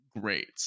great